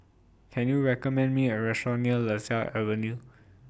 Can YOU recommend Me A Restaurant near Lasia Avenue